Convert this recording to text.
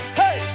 hey